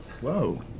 Whoa